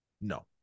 No